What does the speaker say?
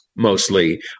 Mostly